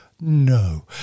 no